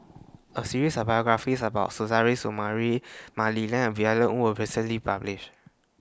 A series biographies about Suzairhe Sumari Mah Li Lian Violet Oon recently published